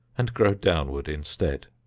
and grow downward instead.